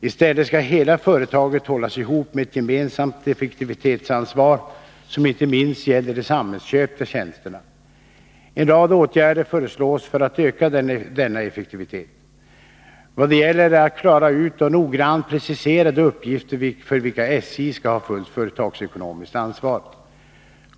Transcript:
I stället skall hela företaget hållas ihop med ett gemensamt effektivitetsansvar, som inte minst gäller de samhällsköpta tjänsterna. En rad åtgärder föreslås för att öka denna effektivitet. Vad det gäller är att klara ut och noggrant precisera de uppgifter för vilka SJ skall ha fullt företagsekonomiskt ansvar.